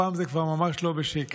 הפעם זה כבר ממש לא בשקט.